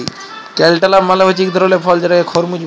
cantaloupe মালে হছে ইক ধরলের ফল যেটাকে খরমুজ ব্যলে